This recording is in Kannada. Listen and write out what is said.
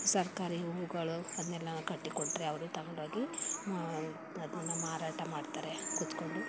ತರಕಾರಿ ಹೂವುಗಳು ಅದನ್ನೆಲ್ಲ ನಾವು ಕಟ್ಟಿ ಕೊಟ್ಟರೆ ಅವರು ತೊಗೊಂಡು ಹೋಗಿ ಅದನ್ನು ಮಾರಾಟ ಮಾಡ್ತಾರೆ ಕೂತ್ಕೊಂಡು